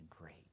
great